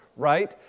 Right